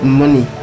money